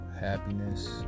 happiness